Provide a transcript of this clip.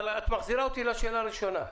אבל את מחזירה אותי לשאלה הראשונה.